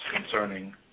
concerning